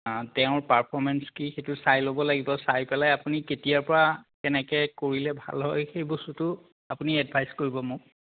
অঁ তেওঁৰ পাৰ্ফৰ্মেঞ্চ কি সেইটো চাই ল'ব লাগিব চাই পেলাই আপুনি কেতিয়াৰ পৰা কেনেকৈ কৰিলে ভাল হয় সেই বস্তুটো আপুনি এডভাইচ কৰিব মোক